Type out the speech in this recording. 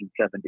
1970